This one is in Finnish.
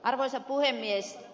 arvoisa puhemies